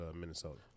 Minnesota